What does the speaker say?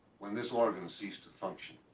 when this organ ceased to function,